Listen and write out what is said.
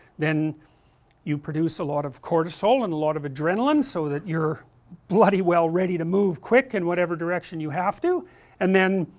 then you produce a lot of cortisol and a lot of adrenaline so that you're bloody well ready to move quick in whatever direction you have to and then,